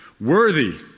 Worthy